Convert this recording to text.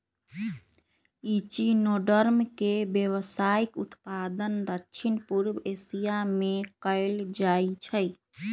echinoderm के व्यावसायिक उत्पादन दक्षिण पूर्व एशिया में कएल जाइ छइ